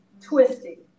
Twisting